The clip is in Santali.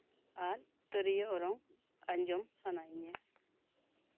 ᱟᱨ ᱛᱤᱨᱭᱳ ᱚᱨᱚᱝ ᱟᱸᱡᱚᱢ ᱥᱟᱱᱟᱭᱤᱧᱟ